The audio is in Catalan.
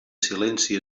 silenci